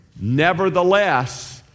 nevertheless